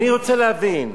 אני רוצה להבין,